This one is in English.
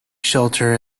shelter